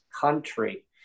country